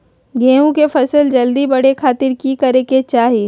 गेहूं के फसल जल्दी बड़े खातिर की करे के चाही?